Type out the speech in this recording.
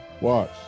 Watch